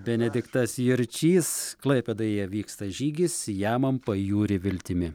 benediktas jurčys klaipėdoje vyksta žygis jamam pajūrį viltimi